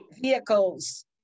vehicles